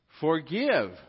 Forgive